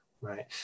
Right